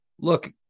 look